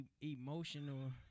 emotional